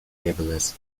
fabulous